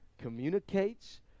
communicates